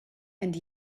and